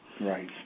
Right